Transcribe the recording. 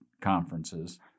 conferences